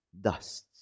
dust